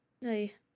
Hey